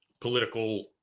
political